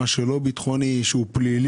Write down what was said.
שהוא לא ביטחוני אלא הוא פלילי?